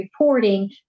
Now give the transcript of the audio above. reporting